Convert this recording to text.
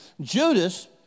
Judas